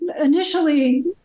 initially